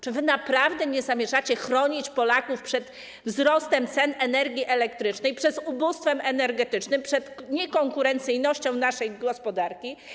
Czy wy naprawdę nie zamierzacie chronić Polaków przed wzrostem cen energii elektrycznej, przed ubóstwem energetycznym, przed niekonkurencyjnością naszej gospodarki?